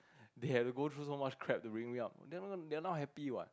they had to go through so much crap to bring me up they're not they're not happy what